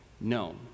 known